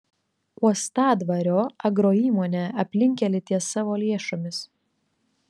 uostadvario agroįmonė aplinkkelį ties savo lėšomis